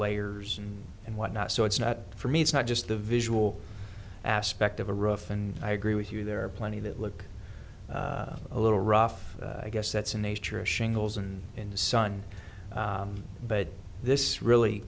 layers and whatnot so it's not for me it's not just the visual aspect of a rough and i agree with you there are plenty that look a little rough i guess that's the nature of shingles and in the sun but this really